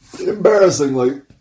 embarrassingly